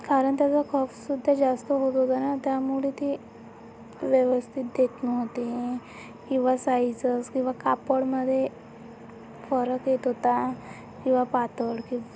कारण त्याचा खप सुद्धा जास्त होत होता ना त्यामुळे ते व्यवस्थित देत नव्हते किंवा साईझच किंवा कापडामध्ये फरक येत होता किवा पातळ किंवा